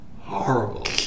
horrible